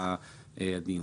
בעד?